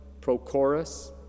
Prochorus